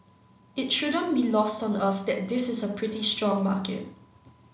it shouldn't be lost on us that this is a pretty strong market